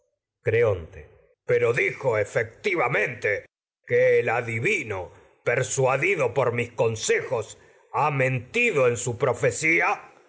pero dijo por efectivamente que el adivi su no persuadido mis consejos ha mentido en pro fecía